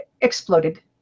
exploded